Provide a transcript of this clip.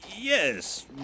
Yes